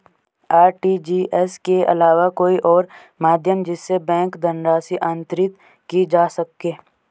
RTGS के अलावा कोई और माध्यम जिससे बैंक धनराशि अंतरित की जा सके?